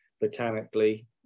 botanically